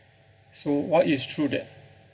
so while it's true that